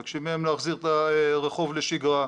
מבקשים מהם להחזיר את הרחוב לשגרה,